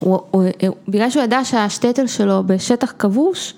בגלל שהוא ידע שהשטייטל שלו בשטח כבוש...